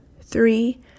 three